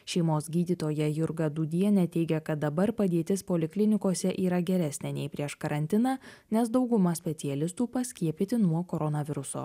šeimos gydytoja jurga dūdienė teigia kad dabar padėtis poliklinikose yra geresnė nei prieš karantiną nes dauguma specialistų paskiepyti nuo koronaviruso